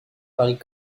paris